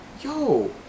yo